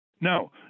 Now